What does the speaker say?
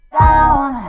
down